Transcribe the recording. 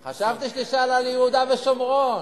מסתננים, חשבתי שתשאל על יהודה ושומרון.